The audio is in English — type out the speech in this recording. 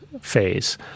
phase